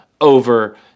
over